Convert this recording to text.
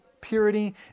purity